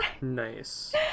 nice